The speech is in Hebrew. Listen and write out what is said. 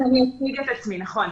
אני אציג את עצמי, נכון.